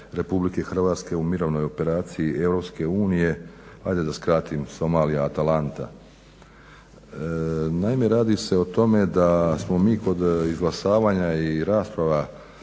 Oružanih snaga RH u mirovnoj operaciji EU, hajde da skratim Somalija – ATALANTA. Naime, radi se o tome da smo mi kod izglasavanja i rasprava